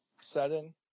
setting